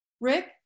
Rick